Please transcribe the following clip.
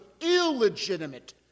illegitimate